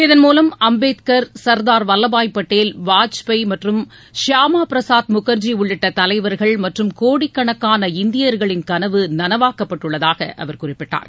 இதன்மூலம் அம்பேத்கர் சர்தார் வல்லபாய் பட்டேல் வாஜ்பாய் மற்றும் ஷியாமாபிரசாத் முகர்ஜி உள்ளிட்ட தலைவர்கள் மற்றும் கோடிக்கணக்கான இந்தியர்களின் கனவு நனவாக்கப்பட்டுள்ளதாக அவர் குறிப்பிட்டார்